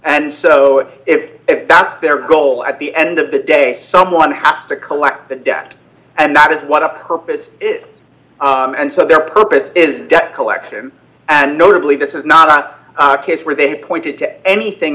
and so if that's their goal at the end of the day someone has to collect that debt and that is what a purpose it and so their purpose is debt collection and notably this is not a case where they pointed to anything